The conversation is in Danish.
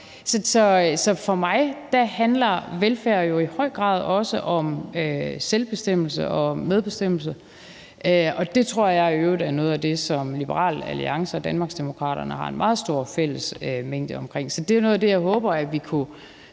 Så for mig at se handler velfærd jo i høj grad også om selvbestemmelse og medbestemmelse, og det tror jeg i øvrigt også er noget af det, som Liberal Alliance og Danmarksdemokraterne har en meget stor fællesmængde omkring. Så det er jo noget af det, jeg håber at vi kunne